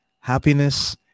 happiness